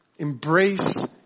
Embrace